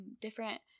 different